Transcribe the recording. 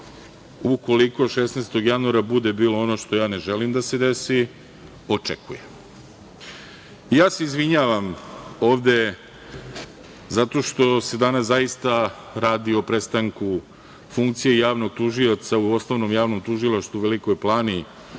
ukoliko 16. januara bude bilo ono što ja ne želim da se desi, očekuje. Izvinjavam se ovde, zato što se danas, zaista, radi o prestanku funkcije Javnog tužioca u Osnovnom javnom tužilaštvu u Velikoj Plani,